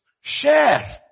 share